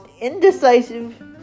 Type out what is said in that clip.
indecisive